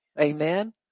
amen